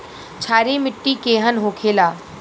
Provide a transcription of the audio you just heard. क्षारीय मिट्टी केहन होखेला?